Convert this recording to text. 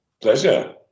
Pleasure